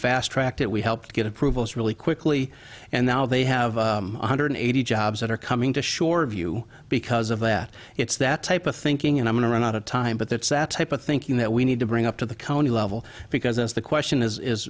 fast tracked it we helped get approvals really quickly and now they have one hundred eighty jobs that are coming to shore view because of that it's that type of thinking and i'm gonna run out of time but that's that's hype of thinking that we need to bring up to the county level because it's the question is